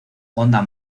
honda